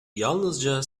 yalnızca